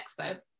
Expo